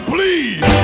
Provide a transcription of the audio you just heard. Please